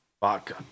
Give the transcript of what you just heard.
vodka